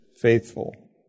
faithful